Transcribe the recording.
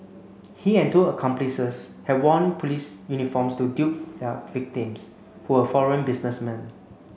he and two accomplices had worn police uniforms to dupe their victims who were foreign businessmen